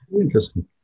Interesting